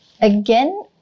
again